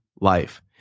life